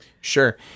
Sure